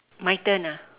my turn ah